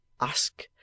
ask